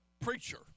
preacher